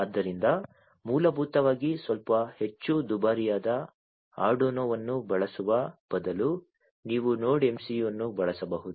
ಆದ್ದರಿಂದ ಮೂಲಭೂತವಾಗಿ ಸ್ವಲ್ಪ ಹೆಚ್ಚು ದುಬಾರಿಯಾದ ಆರ್ಡುನೊವನ್ನು ಬಳಸುವ ಬದಲು ನೀವು ನೋಡ್ MCU ಅನ್ನು ಬಳಸಬಹುದು